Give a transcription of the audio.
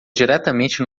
diretamente